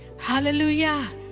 Hallelujah